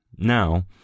Now